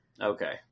Okay